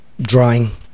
drawing